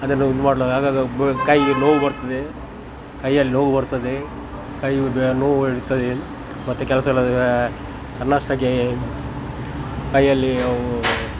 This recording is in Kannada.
ಅದನ್ನು ಇದು ಆಗಾಗ ಮೂಳೆ ಕೈ ನೋವು ಬರ್ತದೆ ಕೈಯಲ್ಲಿ ನೋವು ಬರ್ತದೆ ಕೈ ನೋವು ಇರ್ತದೆ ಮತ್ತು ಕೆಲಸ ಎಲ್ಲ ತನ್ನಷ್ಟಕ್ಕೆ ಕೈಯಲ್ಲಿ ಅವು